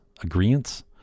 agreements